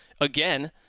again